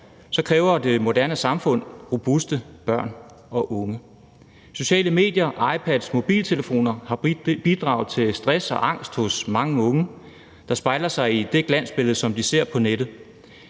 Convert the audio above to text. dog kræver det moderne samfund robuste børn og unge. Sociale medier, iPads og mobiltelefoner har bidraget til stress og angst hos mange unge, der spejler sig i det glansbillede, som de ser på nettet.